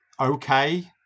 okay